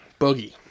Boogie